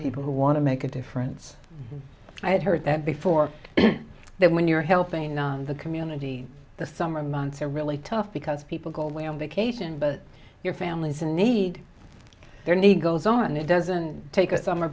people who want to make a difference i had heard that before that when you're helping on the community the summer months are really tough because people go away on vacation but your family's in need their negroes on it doesn't take a summer